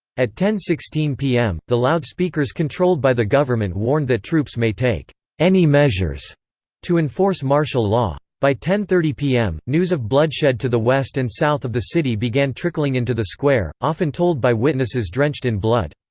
at ten sixteen pm, the loudspeakers controlled by the government warned that troops may take any measures to enforce martial law. by ten thirty pm, news of bloodshed to the west and south of the city began trickling into the square, often told by witnesses drenched in blood.